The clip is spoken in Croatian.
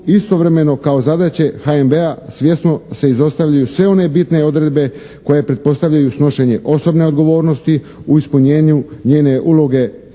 istovremeno kao zadaće HNB-a svjesno se izostavljaju sve one bitne odredbe koja pretpostavljaju snošenje osobne odgovornosti u ispunjenju njene uloge